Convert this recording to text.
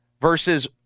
versus